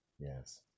Yes